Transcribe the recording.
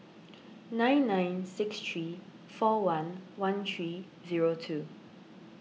nine nine six three four one one three zero two